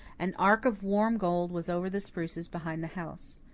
an arc of warm gold was over the spruces behind the house.